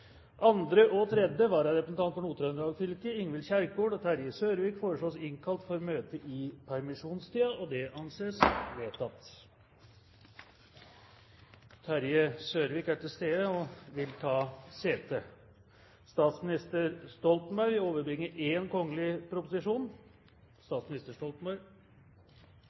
Andre og tredje vararepresentant for Nord-Trøndelag fylke, Ingvild Kjerkol og Terje Sørvik, innkalles for å møte i permisjonstiden. Terje Sørvik er til stede og vil ta sete. Representanten Gunnar Gundersen vil